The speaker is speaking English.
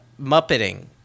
Muppeting